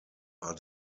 are